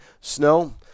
Snow